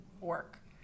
work